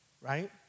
right